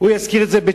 הוא ישכיר את זה ב-900.